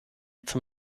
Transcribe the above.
zum